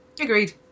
Agreed